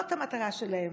זאת המטרה שלהם,